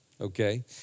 okay